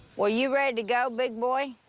well, you ready to go, big boy?